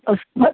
और सर